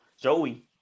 Joey